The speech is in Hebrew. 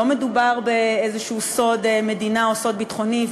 לא מדובר באיזה סוד מדינה או סוד ביטחוני,